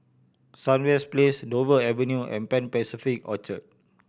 Sunrise Place Dover Avenue and Pan Pacific Orchard